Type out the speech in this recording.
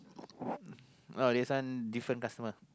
oh this one different customer